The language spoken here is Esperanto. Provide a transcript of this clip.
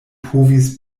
povis